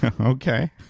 Okay